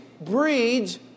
breeds